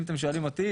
אם אתם שואלים אותי,